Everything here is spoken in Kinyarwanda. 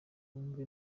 wumve